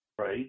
Right